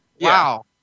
Wow